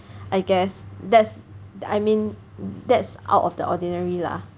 I guess that's the I mean that's out of the ordinary lah